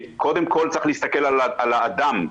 קודם כל צריך להסתכל על האדם.